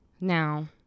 Now